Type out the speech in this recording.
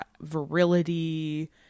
virility